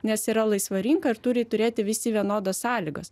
nes yra laisva rinka ir turi turėti visi vienodas sąlygas